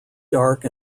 dark